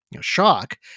Shock